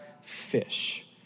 fish